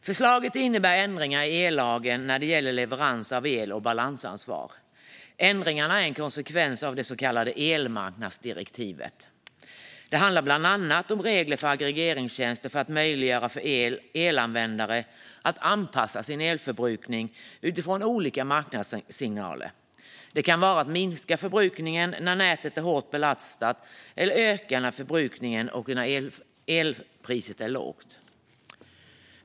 Förslaget innebär ändringar i ellagen när det gäller leverans av el och balansansvar. Ändringarna är en konsekvens av det så kallade elmarknadsdirektivet. Det handlar bland annat om regler för aggregeringstjänster för att möjliggöra för elanvändare att anpassa sin elförbrukning utifrån olika marknadssignaler. Det kan handla om att minska elförbrukningen när nätet är hårt belastat och att öka förbrukningen när elpriset är lågt.